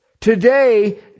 Today